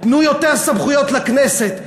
תנו יותר סמכויות לכנסת,